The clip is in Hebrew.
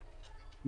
בבקשה.